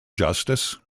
justice